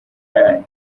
yayo